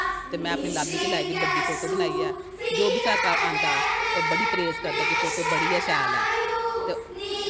ते में अपनी लाब्बी च लाई दी बड्डी फोटो बनाइयै जो बी साढ़ै घर औंदा बड़ी गै प्रेज़ करदा कि फोटो बड़ी गै शैल ऐ